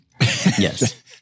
Yes